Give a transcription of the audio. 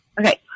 Okay